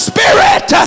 Spirit